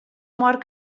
mort